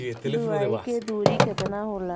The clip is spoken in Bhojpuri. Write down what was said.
बुआई के दुरी केतना होला?